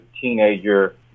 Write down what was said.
teenager